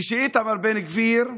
ואיתמר בן גביר,